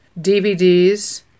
DVDs